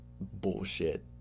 bullshit